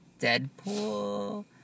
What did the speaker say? Deadpool